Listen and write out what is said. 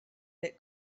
that